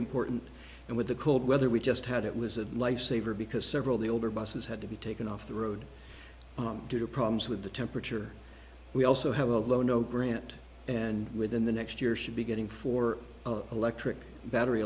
important and with the cold weather we just had it was a lifesaver because several the older busses had to be taken off the road due to problems with the temperature we also have although no grant and within the next year should be getting for electric battery